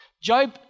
Job